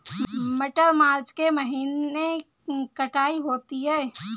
मटर मार्च के महीने कटाई होती है?